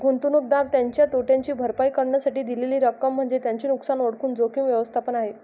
गुंतवणूकदार त्याच्या तोट्याची भरपाई करण्यासाठी दिलेली रक्कम म्हणजे त्याचे नुकसान ओळखून जोखीम व्यवस्थापन आहे